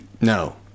No